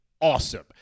awesome